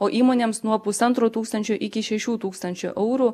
o įmonėms nuo pusantro tūkstančio iki šešių tūkstančių eurų